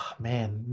man